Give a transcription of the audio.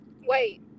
wait